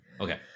okay